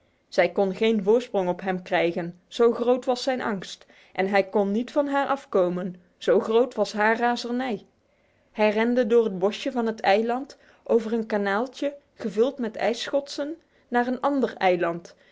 zij kon geen voorsprong op hem krijgen zo groot was zijn angst en hij kon niet van haar afkomen zo groot was haar razernij hijrendohtbsvaeilnd orkatje gevuld met ijsschotsen naar een ander eiland